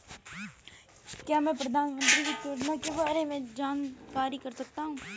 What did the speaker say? क्या मैं प्रधानमंत्री वित्त योजना के बारे में जान सकती हूँ?